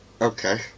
okay